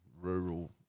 rural